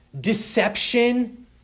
deception